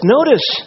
Notice